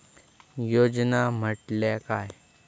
योजना म्हटल्या काय?